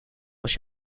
was